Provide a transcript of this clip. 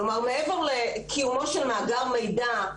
כלומר מעבר לקיומו של מאגר מידע,